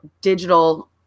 digital